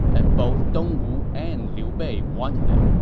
and both dongwu and liu bei wanted it.